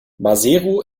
maseru